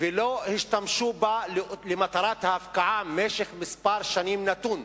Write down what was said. ולא השתמשו בה למטרת ההפקעה מספר שנים נתון,